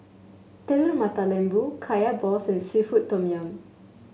Telur Mata Lembu Kaya Balls and seafood Tom Yum